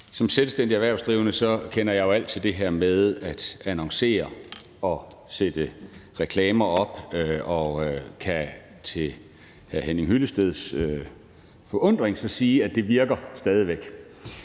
Som selvstændig erhvervsdrivende kender jeg jo alt til det her med at annoncere og sætte reklamer op. Og jeg kan til hr. Henning Hyllesteds forundring så sige, at det virker stadig væk.